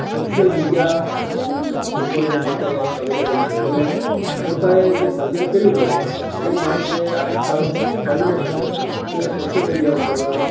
social media લોકોને માટે available છે એટલે પોતાએ જે સર્જન કર્યું હોય એ માનો કે આર્થિક કારણોસર છપાવી ન શકે તો એ સોશિયલ મીડિયા ઉપર